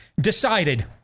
decided